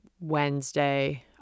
Wednesday